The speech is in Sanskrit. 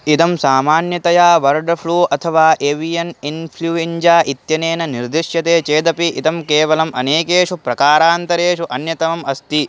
इदं सामान्यतया वर्ड् फ़्लू अथवा एवियन् इन्फ़्लुञ्जा इत्यनेन निर्दिश्यते चेदपि इदं केवलम् अनेकेषु प्रकारान्तरेषु अन्यतमम् अस्ति